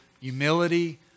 Humility